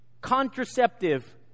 contraceptive